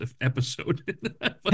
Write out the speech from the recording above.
episode